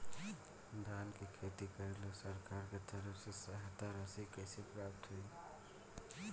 धान के खेती करेला सरकार के तरफ से सहायता राशि कइसे प्राप्त होइ?